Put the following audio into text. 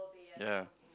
ya